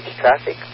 traffic